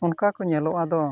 ᱚᱱᱠᱟᱠᱚ ᱧᱮᱞᱚᱜᱼᱟ ᱫᱚ